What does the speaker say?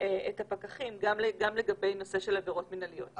את הפקחים גם לגבי נושא של עבירות מנהליות.